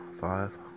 five